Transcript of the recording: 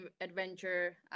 adventure